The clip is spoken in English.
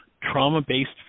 trauma-based